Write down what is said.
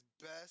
best